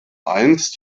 einst